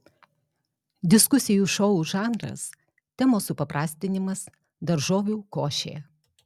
diskusijų šou žanras temos supaprastinimas daržovių košė